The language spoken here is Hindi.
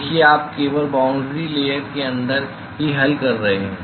देखिए आप केवल बाउंड्री लेयर के अंदर ही हल कर रहे हैं